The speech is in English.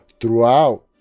throughout